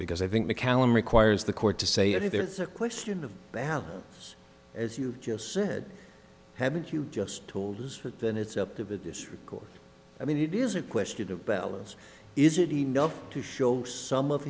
because i think mccallum requires the court to say if there is a question of balance as you just said haven't you just told us that then it's up to the district court i mean it is a question of balance is it enough to show some of